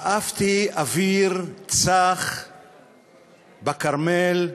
שאפתי אוויר צח בכרמל,